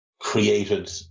created